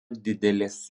didelės